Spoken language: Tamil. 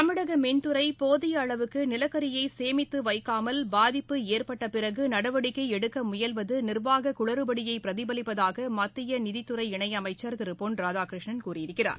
தமிழக மின்துறை போதிய அளவுக்கு நிலக்கரியை சேமித்து வைக்காமல் பாதிப்பு ஏற்பட்ட பிறகு நடவடிக்கை எடுக்க முயல்வது நிர்வாக குளறுபடியை பிரதிபலிப்பதாக மத்திய நிதித்துறை இணை அமைச்சா் திரு பொன் ராதாகிருஷ்ணன் கூறியிருக்கிறார்